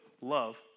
love